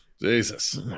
jesus